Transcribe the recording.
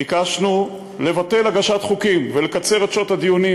ביקשנו לבטל הגשת חוקים ולקצר את שעות הדיונים,